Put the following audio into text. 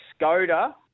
Skoda